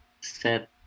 set